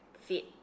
fit